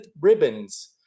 ribbons